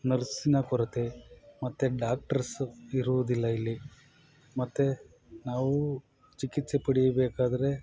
ನರ್ಸಿನ ಕೊರತೆ ಮತ್ತು ಡಾಕ್ಟ್ರಸ್ ಇರುವುದಿಲ್ಲ ಇಲ್ಲಿ ಮತ್ತು ನಾವು ಚಿಕಿತ್ಸೆ ಪಡಿಯಬೇಕಾದರೆ